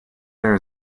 there